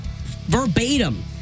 verbatim